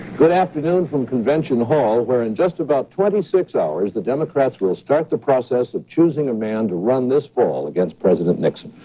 good afternoon from convention hall, where in just about twenty six hours, the democrats will start the process of choosing a man to run this fall against president nixon.